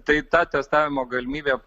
tai ta testavimo galimybė